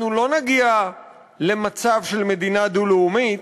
אנחנו לא נגיע למצב של מדינה דו-לאומית,